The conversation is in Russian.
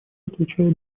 отвечает